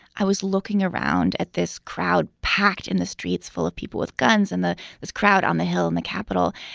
i was looking around at this crowd packed in the streets full of people with guns in the crowd on the hill, in the capital.